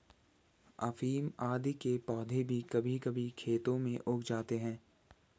अफीम आदि के पौधे भी कभी कभी खेतों में उग जाते हैं